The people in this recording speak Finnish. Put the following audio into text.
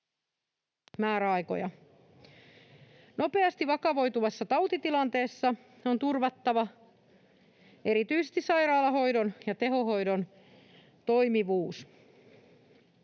määräaikoja. Nopeasti vakavoituvassa tautitilanteessa on turvattava erityisesti sairaalahoidon ja tehohoidon toimivuus.